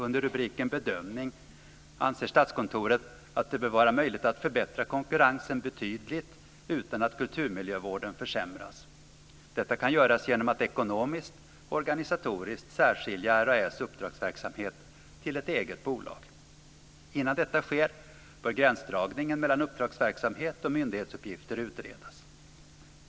Under rubriken "Bedömning" anser Statskontoret att det bör vara möjligt att förbättra konkurrensen betydligt utan att kulturmiljövården försämras. Detta kan göras genom att man ekonomiskt och organisatoriskt särskiljer RAÄ:s uppdragsverksamhet i ett eget bolag. Innan detta sker bör gränsdragningen mellan uppdragsverksamhet och myndighetsuppgifter utredas.